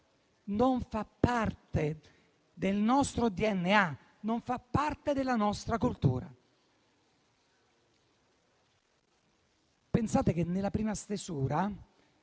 Non fa parte del nostro DNA, né della nostra cultura. Pensate che nella prima stesura